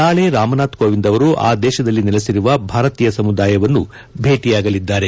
ನಾಳೆ ರಾಮನಾಥ್ ಕೋವಿಂದ್ ಅವರು ಆ ದೇಶದಲ್ಲಿ ನೆಲೆಸಿರುವ ಭಾರತೀಯ ಸಮುದಾಯವನ್ನು ಭೇಟಿಯಾಗಲಿದ್ದಾರೆ